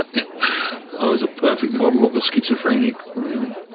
and i was a perfect model of a schizophrenic really.